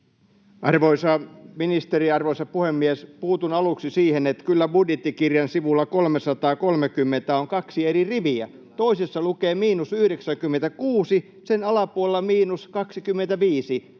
Arvoisa ministeri, arvoisa puhemies! Puutun aluksi siihen, että kyllä budjettikirjan sivulla 330 on kaksi eri riviä: toisessa lukee miinus 96, sen alapuolella miinus 25